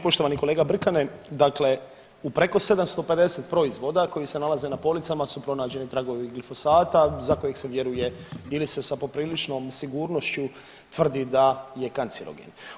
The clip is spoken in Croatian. Poštovani kolega Brkane, dakle u preko 750 proizvoda koji se nalaze na policama su pronađeni tragovi glifosata za koji se vjeruje ili se sa popriličnom sigurnošću tvrdi da je kancerogen.